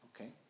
okay